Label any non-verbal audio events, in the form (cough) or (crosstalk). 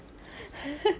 (laughs)